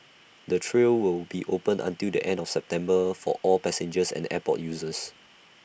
the trail will be open until the end of September for all passengers and airport users